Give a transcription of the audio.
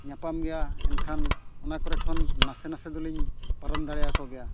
ᱧᱟᱯᱟᱢ ᱜᱮᱭᱟ ᱮᱱᱠᱷᱟᱱ ᱚᱱᱟ ᱠᱚᱨᱮ ᱠᱷᱚᱱ ᱱᱟᱥᱮᱼᱱᱟᱥᱮ ᱫᱚᱞᱤᱧ ᱯᱟᱨᱚᱢ ᱫᱟᱲᱮ ᱟᱠᱚ ᱜᱮᱭᱟ